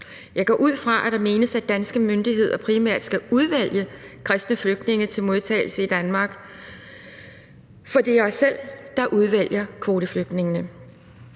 Jeg går ud fra, at der menes, at danske myndigheder primært skal udvælge kristne flygtninge til modtagelse i Danmark, for det er os selv, der udvælge kvoteflygtningene.